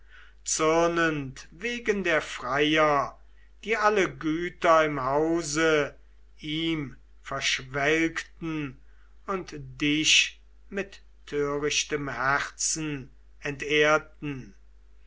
zürnend wegen der freier die alle güter im hause ihm verschwelgten und dich mit törichtem herzen entehrten